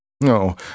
No